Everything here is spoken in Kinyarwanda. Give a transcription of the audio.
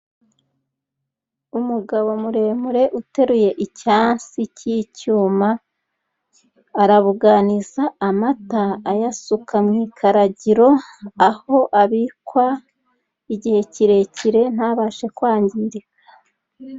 Umugabo muremure, uteruye icyansi cy'icyuma, arabuganiza amata ayasuka mu ikaragiro, aho abikwa igihe kirekire, ntabashe kwangirika.